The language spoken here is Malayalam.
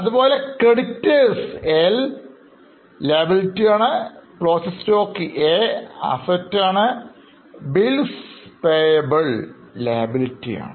അതുപോലെ Creditors L Closing stock A Bills payable L